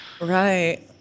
Right